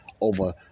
over